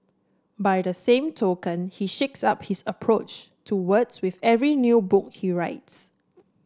by the same token he shakes up his approach to words with every new book he writes